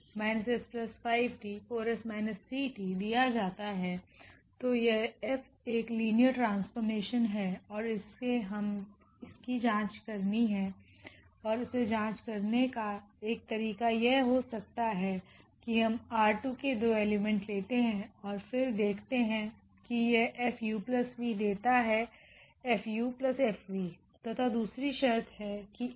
तो यह𝐹एक linear transformation है और हमे इसकी जाँच करनी है और इसे जाँच करने का एक तरीका यह हो सकता है कि हम R2 के दो एलिमेंट लेते हैऔर फिर देखते हैं कि यह 𝐹𝑢𝑣 देता है 𝐹𝑢𝐹𝑣 तथा दूसरी शर्त है कि𝐹λ𝑢 λ𝐹𝑢